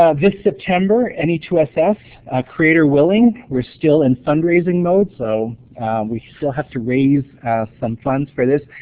ah this september, n e two s s creator willing, we're still in fundraising mode, so we still have to raise some funds for this.